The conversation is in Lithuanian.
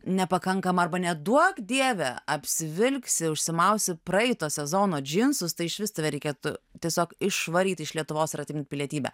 nepakankama arba neduok dieve apsivilksi užsimausi praeito sezono džinsus tai išvis tave reikėtų tiesiog išvaryt iš lietuvos ir atimt pilietybę